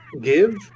Give